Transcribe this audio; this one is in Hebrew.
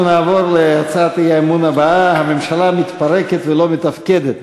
אנחנו נעבור להצעת האי-אמון הבאה: הממשלה מתפרקת ולא מתפקדת.